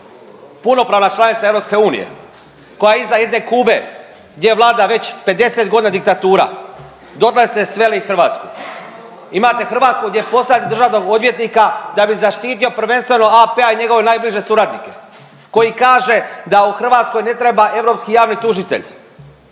punopravna članica EU, koja je iza jedne Kube gdje vlada već 50.g. diktatura, dotle ste sveli Hrvatsku. Imate Hrvatsku gdje je posao državnog odvjetnika da bi zaštitio prvenstveno AP-a i njegove najbliže suradnike, koji kaže da u Hrvatskoj ne treba europski javni tužitelj,